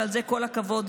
ועל זה כל הכבוד,